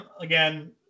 again